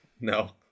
No